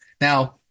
Now